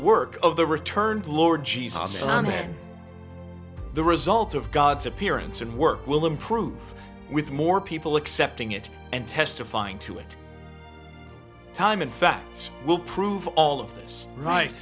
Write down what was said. work of the returned lord jesus on the results of god's appearance and work will improve with more people accepting it and testifying to it time and facts will prove all of this right